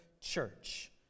church